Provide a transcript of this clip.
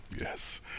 Yes